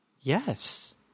Yes